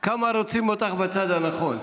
כמה רוצים אותך בצד הנכון.